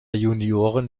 junioren